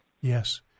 Yes